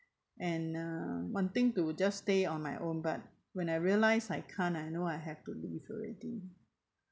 and uh wanting to just stay on my own but when I realise I can't I know I have to leave already